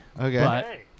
Okay